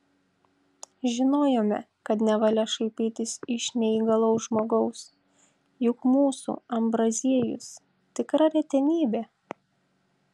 žinojome kad nevalia šaipytis iš neįgalaus žmogaus juk mūsų ambraziejus tikra retenybė